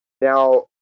Now